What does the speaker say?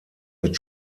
mit